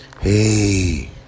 Hey